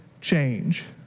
change